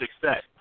success